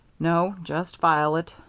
no, just file it.